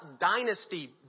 dynasty